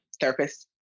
therapist